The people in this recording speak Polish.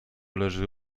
leży